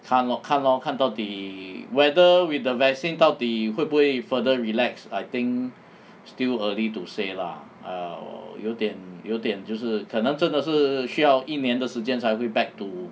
看 lor 看 lor 看到底 whether with the vaccine 到底会不会 further relax I think still early to say lah err 有点有点就是可能真的是需要一年的时间才会 back to